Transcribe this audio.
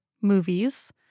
movies